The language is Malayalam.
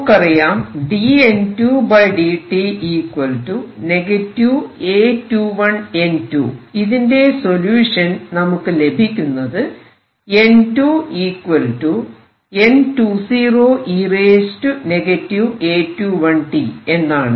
നമുക്കറിയാം ഇതിന്റെ സൊല്യൂഷൻ നമുക്ക് ലഭിക്കുന്നത് എന്നാണ്